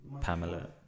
Pamela